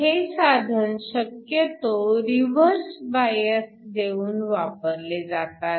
हे साधन शक्यतो रिव्हर्स बायस देऊन वापरले जातात